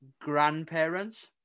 grandparents